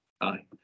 Aye